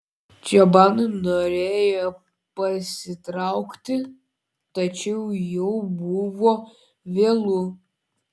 čabanai norėjo pasitraukti tačiau jau buvo vėlu